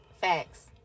Facts